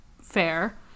fair